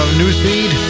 newsfeed